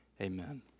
amen